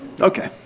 okay